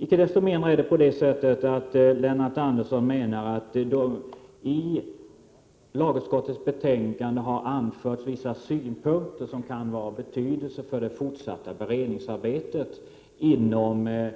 Icke desto mindre menar Lennart Andersson att det i lagutskottets betänkande har anförts vissa synpunkter som kan vara av betydelse för det fortsatta beredningsarbetet inom